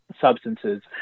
substances